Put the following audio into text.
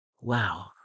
Wow